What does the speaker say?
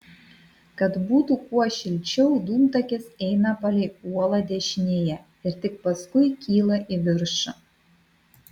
kad būtų kuo šilčiau dūmtakis eina palei uolą dešinėje ir tik paskui kyla į viršų